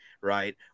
right